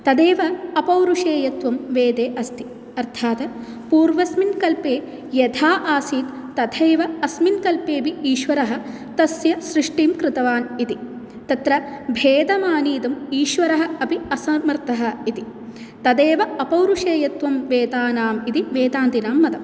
तदेव अपौरुषेयत्वं वेदे अस्ति अर्थात् पूर्वस्मिन् कल्पे यथा आसीत् तथैव अस्मिन् कल्पेऽपि ईश्वरः तस्य सृष्टिं कृतवान् इति तत्र भेदमानीतुम् ईश्वरः अपि असमर्थः इति तदेव अपौरुषेयत्वं वेदानां इति वेतान्तिनां मतं